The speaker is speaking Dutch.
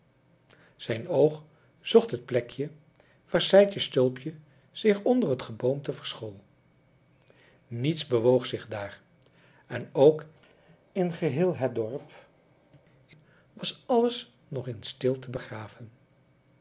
zijn oog zocht het plekje waar sijtjes stulpje zich onder het geboomte verschool niets bewoog zich daar en ook in geheel het dorp was alles nog in stilte begraven